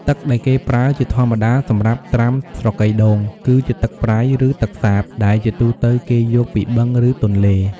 ទឹកដែលគេប្រើជាធម្មតាសម្រាប់ត្រាំស្រកីដូង គឺជាទឹកប្រៃ ឬទឹកសាប ដែលជាទូទៅគេយកពីបឹង ឬទន្លេ។